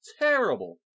terrible